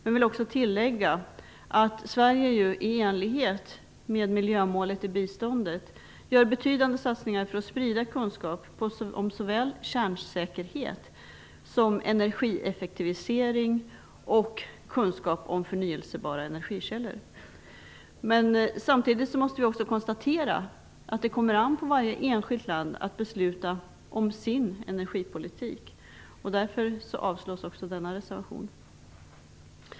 Jag vill också tillägga att Sverige i enlighet med miljömålet i biståndet gör betydande satsningar för att sprida kunskap om såväl kärnsäkerhet som energieffektivisering och förnybara energikällor. Men vi måste också konstatera att det kommer an på varje enskilt land att besluta om sin energipolitik. Därför avstyrks även denna reservation.